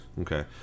Okay